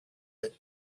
the